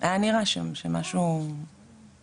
היה נראה שם שמשהו מפריע לך.